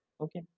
Okay